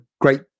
great